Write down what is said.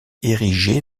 érigée